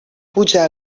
puja